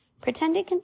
Pretending